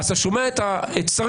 אתה שומע שרים,